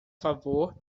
favor